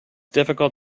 difficult